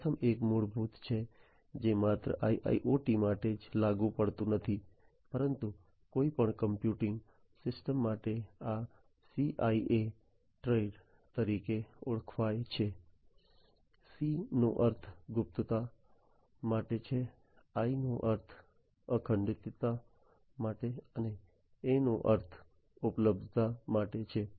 પ્રથમ એક મૂળભૂત છે જે માત્ર IIoT માટે જ લાગુ પડતું નથી પરંતુ કોઈપણ કમ્પ્યુટિંગ સિસ્ટમ માટે આ CIA ટ્રાયડ તરીકે ઓળખાય છે c નો અર્થ ગુપ્તતા માટે છે I નો અર્થ અખંડિતતા માટે અને a નો અર્થ ઉપલબ્ધતા માટે છે